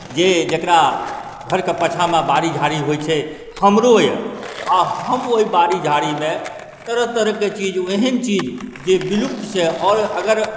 जे जकरा घरके पाछामे बाड़ी झाड़ी होइ छै हमरो अइ आ हम ओहि बाड़ी झाड़ीमे तरह तरहके चीज एहन चीज जे विलुप्त छै आओर अगर